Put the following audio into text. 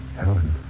Helen